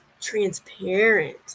transparent